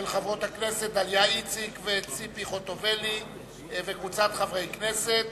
של חברות הכנסת דליה איציק וציפי חוטובלי וקבוצת חברי הכנסת.